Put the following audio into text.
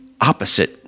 opposite